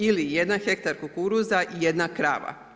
Ili jedan hektar kukuruza i jedna krava.